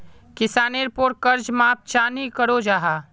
किसानेर पोर कर्ज माप चाँ नी करो जाहा?